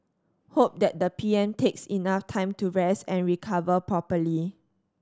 hope that the P M takes enough time to rest and recover properly